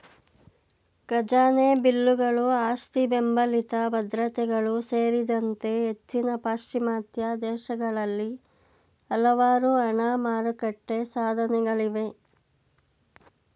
ಖಜಾನೆ ಬಿಲ್ಲುಗಳು ಆಸ್ತಿಬೆಂಬಲಿತ ಭದ್ರತೆಗಳು ಸೇರಿದಂತೆ ಹೆಚ್ಚಿನ ಪಾಶ್ಚಿಮಾತ್ಯ ದೇಶಗಳಲ್ಲಿ ಹಲವಾರು ಹಣ ಮಾರುಕಟ್ಟೆ ಸಾಧನಗಳಿವೆ